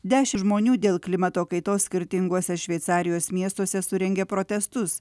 dešimt žmonių dėl klimato kaitos skirtinguose šveicarijos miestuose surengė protestus